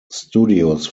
studios